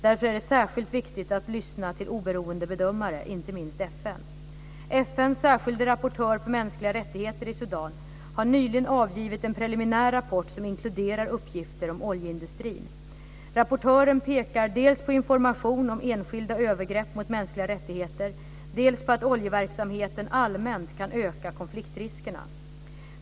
Därför är det särskilt viktigt att lyssna till oberoende bedömare, inte minst FN. FN:s särskilde rapportör för mänskliga rättigheter i Sudan har nyligen avgivit en preliminär rapport som inkluderar uppgifter om oljeindustrin. Rapportören pekar dels på information om enskilda övergrepp mot mänskliga rättigheter, dels på att oljeverksamheten allmänt kan öka konfliktriskerna.